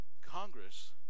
Congress